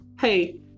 hey